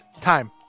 Time